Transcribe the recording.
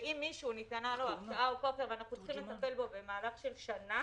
ואם למישהו ניתנה הרשעה או כופר ואנחנו צריכים לטפל בו במהלך של שנה,